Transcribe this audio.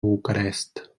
bucarest